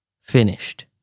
Finished